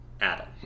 Adam